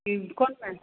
कोनमे